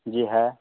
जी है